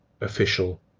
official